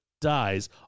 dies